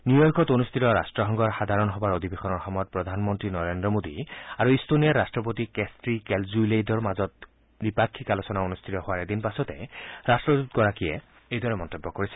নিউয়ৰ্কত অনুষ্ঠিত ৰাট্টসংঘৰ সাধাৰণ সভাৰ অধিৱেশনৰ সময়ত প্ৰধানমন্ত্ৰী নৰেন্দ্ৰ মোদী আৰু ইট্টনিয়াৰ ৰাট্টপতি কেষ্ট্ৰী কেলজুলেইডৰ মাজত দ্বিপাক্ষিক আলোচনা অনুষ্ঠিত হোৱাৰ এদিন পাছেত ৰাষ্টদূতগৰাকীয়ে এইদৰে মন্তব্য কৰিছে